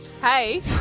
Hey